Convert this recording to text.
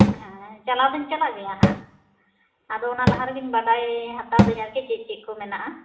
ᱦᱮᱸ ᱪᱟᱞᱟᱣ ᱫᱩᱧ ᱪᱟᱞᱟᱜ ᱜᱮᱭᱟ ᱦᱟᱸᱜ ᱟᱫᱚ ᱚᱱᱟ ᱞᱟᱦᱟ ᱨᱮᱜᱮ ᱵᱟᱰᱟᱭ ᱦᱟᱛᱟᱣ ᱫᱟᱹᱧ ᱟᱨᱠᱤ ᱪᱮᱫ ᱪᱮᱫ ᱠᱚ ᱢᱮᱱᱟᱜᱼᱟ